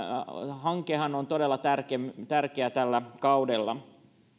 hankehan on todella tärkeä tärkeä tällä kaudella